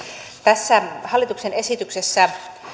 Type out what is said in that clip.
tässä hallituksen esityksessä